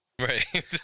right